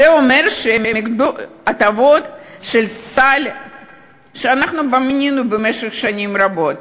זה אומר שהם איבדו הטבות של סל שאנחנו בנינו במשך שנים רבות,